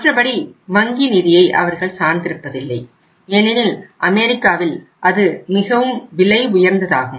மற்றபடி வங்கி நிதியை அவர்கள் சார்ந்திருப்பதில்லை ஏனெனில் அமெரிக்காவில் அது மிகவும் விலை உயர்ந்ததாகும்